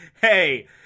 hey